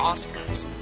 Oscars